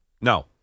No